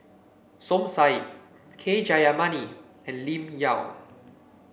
Som Said K Jayamani and Lim Yau